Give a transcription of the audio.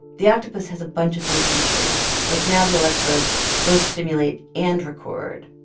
the octopus has a bunch of new features, like now the electrodes both stimulate and record.